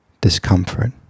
discomfort